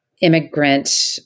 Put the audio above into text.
immigrant